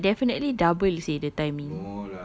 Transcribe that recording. ya but definitely double seh the timing